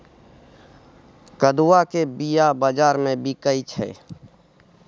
कदुआ केर बीया बजार मे बिकाइ छै